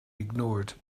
ignored